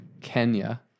Kenya